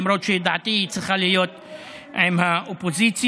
למרות שלדעתי היא צריכה להיות של האופוזיציה,